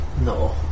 no